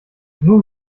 nun